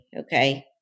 Okay